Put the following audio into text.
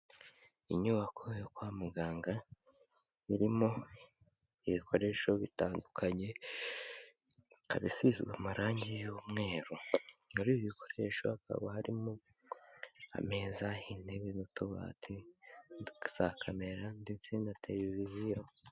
Inyubako yo kwa muganga irimo ibikoresho bitandukanye, ikaba isizwe amarangi y'umweru, muri ibi bikoresho hakaba harimo: ameza, intebe n'utubati za kamera ndetse na televiziyo.